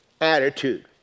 attitude